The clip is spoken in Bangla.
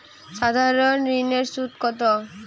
সাধারণ ঋণের সুদ কত?